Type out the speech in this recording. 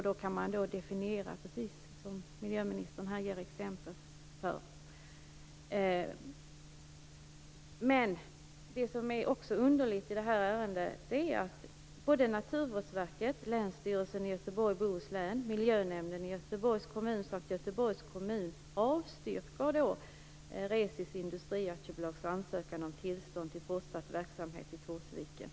Då kan man definiera, precis som miljöministern gav exempel på. När det gäller detta ärende avstyrker Naturvårdsverket, Länsstyrelsen i Göteborgs och Bohus län, Miljönämnden i Göteborgs kommun samt Göteborgs kommun Reci Industri AB:s ansökan om tillstånd för fortsatt verksamhet vid Torsviken.